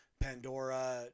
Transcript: Pandora